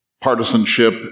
partisanship